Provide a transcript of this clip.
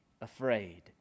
afraid